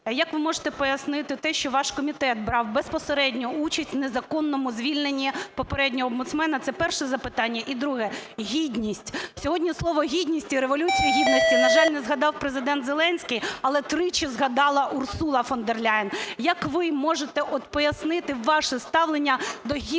Як ви можете пояснити те, що ваш комітет брав безпосередню участь у незаконному звільненні попереднього омбудсмена? Це перше запитання. І друге – гідність. Сьогодні слово "гідність" і Революцію Гідності, на жаль, не згадав Президент Зеленський, але тричі згадала Урсула фон дер Ляєн. Як ви можете пояснити ваше ставлення до гідності